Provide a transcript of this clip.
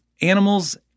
animals